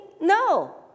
No